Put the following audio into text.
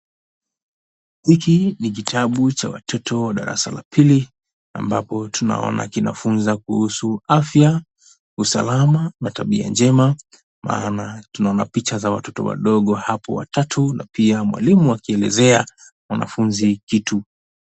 Hiki ni kitabu cha watoto darasa la pili ambapo tunaona kinafunza kuhusu afya, usalama na tabia njema maana tunaona picha za watoto wadogo hapo watatu na pia mwalimu akielezea wanafunzi kitu.